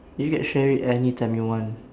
you can share it anytime you want